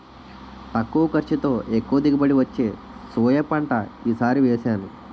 తక్కువ ఖర్చుతో, ఎక్కువ దిగుబడి వచ్చే సోయా పంట ఈ సారి వేసాను